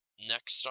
Next